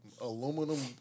Aluminum